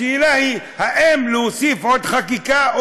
השאלה היא אם להוסיף עוד חקיקה,